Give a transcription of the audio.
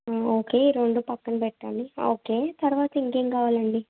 okay ఈ రెండు పక్కనపెట్టండి ఓకే తర్వాత ఇంకేం కావాలండి